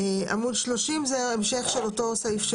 עמוד 30 הוא המשך של אותו סעיף שהוא